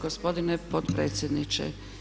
Gospodine potpredsjedniče.